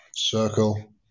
Circle